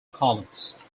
columns